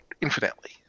infinitely